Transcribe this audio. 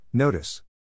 Notice